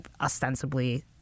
ostensibly